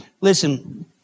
listen